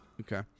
Okay